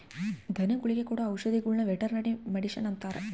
ಧನಗುಳಿಗೆ ಕೊಡೊ ಔಷದಿಗುಳ್ನ ವೆರ್ಟನರಿ ಮಡಿಷನ್ ಅಂತಾರ